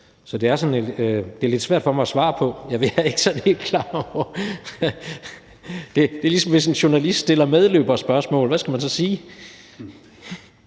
Så det er lidt svært for mig at svare på. Det er, ligesom hvis en journalist stiller medløberspørgsmål. Hvad skal man så sige?